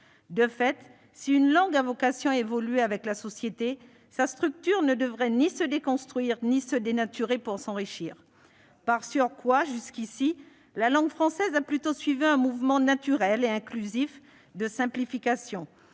De fait, si une langue a vocation à évoluer avec la société, sa structure ne devrait ni se déconstruire ni se dénaturer pour s'enrichir. Par surcroît, jusqu'ici, la langue française a plutôt suivi un mouvement naturel, et inclusif, de simplification.